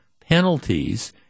penalties